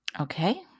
Okay